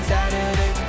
Saturday